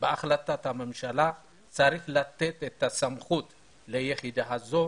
בהחלטת הממשלה צריך לתת את הסמכות ליחידה הזו